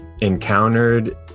encountered